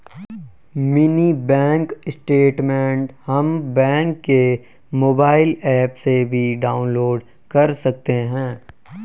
mini bank statement हम bank के mobile app से भी डाउनलोड कर सकते है